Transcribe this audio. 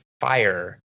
fire